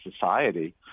society